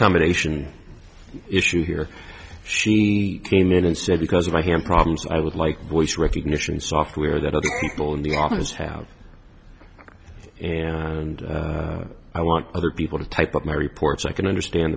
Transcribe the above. combination issue here she came in and said because of my ham problems i would like voice recognition software that other people in the office have and i want other people to type up my reports i can understand